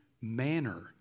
manner